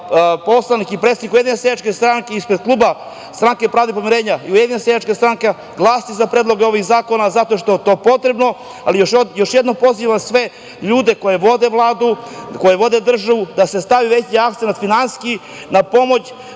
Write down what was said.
i predsednik Ujedinjene seljačke stranke, ispred kluba Stranke pravde i pomirenja i Ujedinjene seljačke stranke glasati za predloge ovih zakona zato što je to potrebno. Još jednom pozivam sve ljude koji vode Vladu, koji vode državu da se stavi veći akcenat finansijski na pomoć